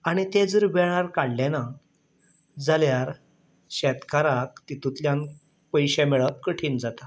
आनी ते जर वेळार काळ्ळे ना जाल्यार शेतकाराक तितुतल्यान पयशे मेळप कठीण जाता